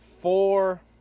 four